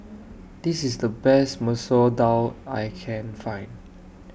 This IS The Best Masoor Dal that I Can Find